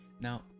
Now